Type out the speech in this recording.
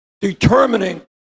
determining